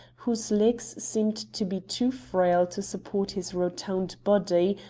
whose legs seemed to be too frail to support his rotund body,